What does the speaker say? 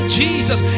jesus